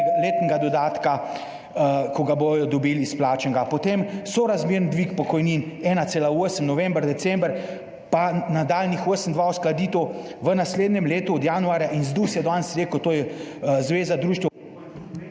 letnega dodatka, ko ga bodo dobili izplačanega, potem sorazmeren dvig pokojnin, 1,8 november, december pa nadaljnjih 82 uskladitev v naslednjem letu od januarja. In ZDUS je danes rekel, to je zveza društev